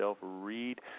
read